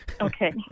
okay